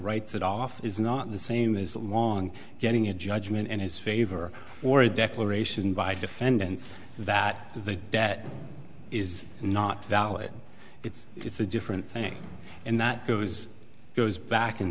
writes it off is not the same as long getting a judgment in his favor or a declaration by defendants that the debt is not valid it's it's a different thing and that goes goes back in